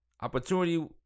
Opportunity